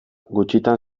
gutxitan